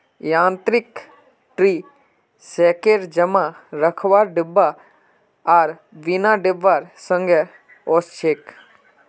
यांत्रिक tree shaker जमा रखवार डिब्बा आर बिना डिब्बार संगे ओसछेक